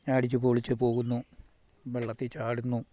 അടിച്ച് പൊളിച്ച് പോകുന്നു വെള്ളത്തിൽ ചാടുന്നു